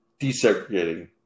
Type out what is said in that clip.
desegregating